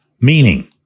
Meaning